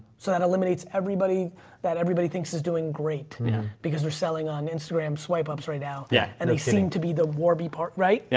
so that eliminates everybody that everybody thinks is doing doing great because they're selling on instagram swipe ups right now, yeah and they seem to be the warby parker, right? yeah